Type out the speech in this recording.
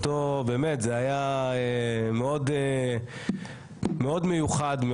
זה היה מאוד מיוחד,